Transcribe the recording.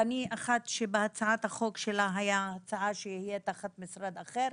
ואני אחת שבהצעת החוק שלה היה הצעה שיהיה תחת משרד אחר.